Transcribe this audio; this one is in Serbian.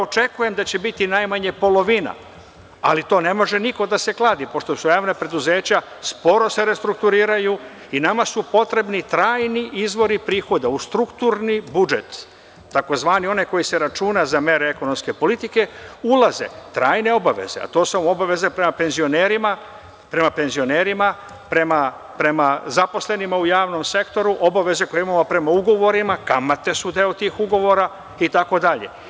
Očekujem da će biti najmanje polovina, ali to ne može niko da se kladi, pošto su javna preduzeća, sporo se restrukturiraju i nama su potrebni trajni izvori prihoda u strukturni budžet, tzv. oni koji se računaju za mere ekonomske politike, ulaze trajne obaveze, a to su obaveze prema penzionerima, prema zaposlenima u javnom sektoru, obaveze koje imamo prema ugovorima, kamate su deo tih ugovora itd.